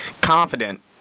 confident